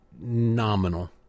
nominal